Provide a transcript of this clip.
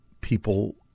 people